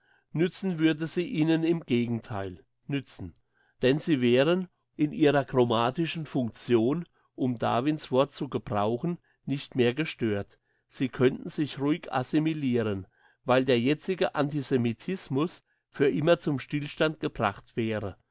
nützen würde sie ihnen im gegentheile nützen denn sie wären in ihrer chromatischen function um darwin's wort zu gebrauchen nicht mehr gestört sie könnten sich ruhig assimiliren weil der jetzige antisemitismus für immer zum stillstand gebracht wäre